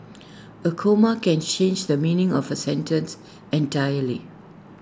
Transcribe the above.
A comma can change the meaning of A sentence entirely